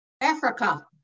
Africa